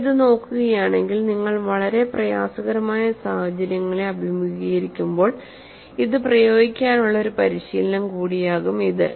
നിങ്ങൾ ഇത് നോക്കുകയാണെങ്കിൽ നിങ്ങൾ വളരെ പ്രയാസകരമായ സാഹചര്യങ്ങളെ അഭിമുഖീകരിക്കുമ്പോൾ ഇത് പ്രയോഗിക്കാനുള്ള ഒരു പരിശീലനം കൂടിയാകും ഇത്